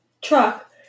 truck